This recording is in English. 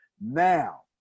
Now